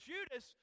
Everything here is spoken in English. Judas